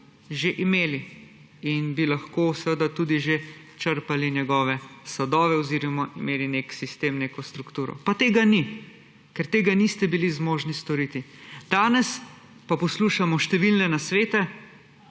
že imeli in bi lahko seveda tudi že črpali njegove sadove oziroma imeli neki sistem, neko strukturo, pa tega ni, ker tega niste bili zmožni storiti. Danes pa poslušamo številne nasvete,